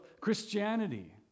Christianity